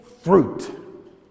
fruit